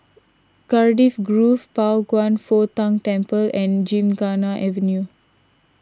Cardiff Grove Pao Kwan Foh Tang Temple and Gymkhana Avenue